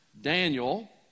Daniel